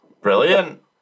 Brilliant